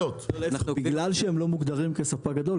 בגלל שהם לא מוגדרים כספק גדול,